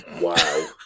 Wow